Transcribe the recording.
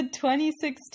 2016